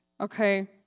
okay